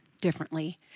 differently